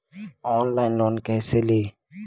Online loan कैसे ली?